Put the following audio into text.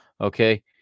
okay